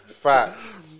Facts